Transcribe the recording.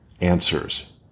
answers